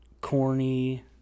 corny